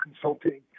consulting